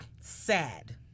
sad